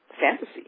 fantasy